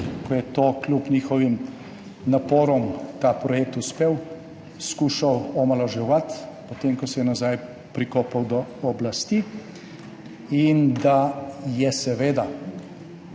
ko je kljub njihovim naporom ta projekt uspel, ga je skušal omalovaževati, potem ko se je nazaj prikopal do oblasti. Seveda